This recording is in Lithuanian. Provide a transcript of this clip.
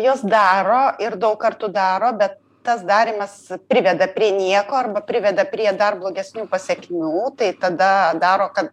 jos daro ir daug kartų daro bet tas darymas priveda prie nieko arba priveda prie dar blogesnių pasekmių tai tada daro kad